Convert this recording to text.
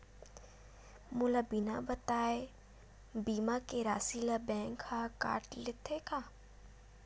मोला बिना बताय का बीमा के राशि ला बैंक हा कत लेते का?